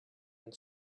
and